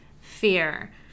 Fear